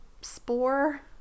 spore